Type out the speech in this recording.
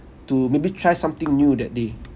to maybe try something new that day